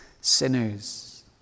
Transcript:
sinners